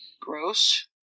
Gross